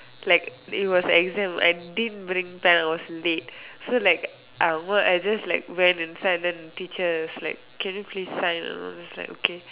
like it was exam I didn't bring pen I was late so like I don't know I just like went inside and then the teacher was like can you please sign and I was just like okay